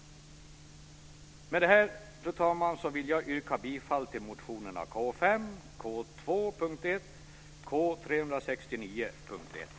Fru talman! Med det anförda vill jag yrka bifall till motionerna K5, K2 punkt 1, K369 punkt 1.